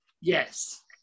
Yes